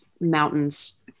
mountains